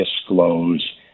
disclose